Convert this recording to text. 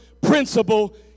principle